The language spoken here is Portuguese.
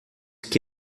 que